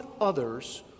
others